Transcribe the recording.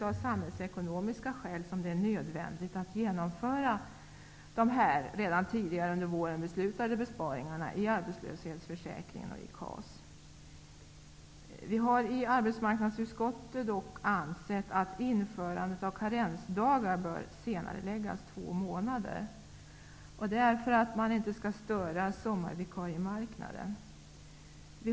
Av samhällsekonomiska skäl är det nödvändigt att de redan tidigare under våren beslutade besparingarna i arbetslöshetsförsäkringen och i KAS genomförs. Vi har i arbetsmarknadsutskottet dock ansett att införandet av karensdagar bör senareläggas två månader, detta för att inte sommarvikariemarknaden skall störas.